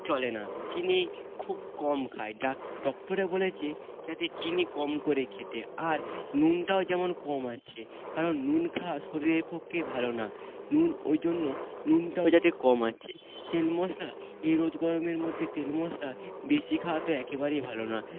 চলে না চিনি খুব কম খাই ডক্টরে বলেছে যাতে চিনি কম করে খেতে আর নুনটাও যেমন কম আছে কারণ নুন খাওয়া শরীরের পক্ষে ভালো না নুন ওই জন্য নুনটাও যাতে কম আছে তেল মশলা এই রোদ গরমের মধ্যে তেল মশলা বেশি খাওয়া তো একেবারেই ভালো না